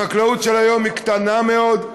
החקלאות של היום קטנה מאוד,